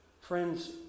Friends